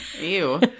Ew